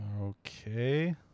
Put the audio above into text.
okay